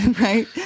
right